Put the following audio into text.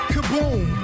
Kaboom